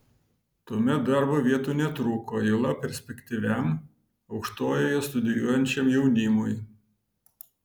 tuomet darbo vietų netrūko juolab perspektyviam aukštojoje studijuojančiam jaunimui